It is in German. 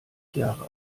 jahre